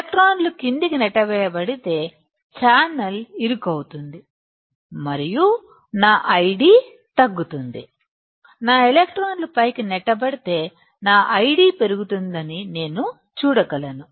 ఎలక్ట్రాన్లు క్రిందికి నెట్టి వేయబడితే ఛానల్ ఇరుకవుతుంది మరియు నా ID తగ్గుతుంది నా ఎలక్ట్రాన్లు పైకి నెట్టబడితే నా ID పెరుగుతుందని నేను చూడగలను